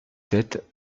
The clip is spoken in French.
sept